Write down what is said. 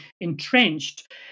entrenched